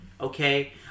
okay